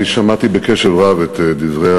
אני שמעתי בקשב רב את דברי